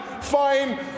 fine